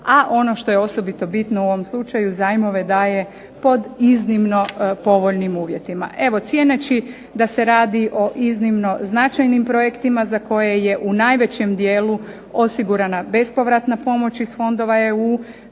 a ono što je osobito bitno u ovom slučaju, zajmove daje pod iznimno povoljnim uvjetima. Evo, cijeneći da se radi o iznimno značajnim projektima za koje je u najvećem dijelu osigurana bespovratna pomoć iz fondova EU